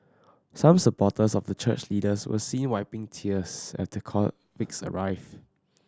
some supporters of the church leaders were seen wiping tears as the convicts arrived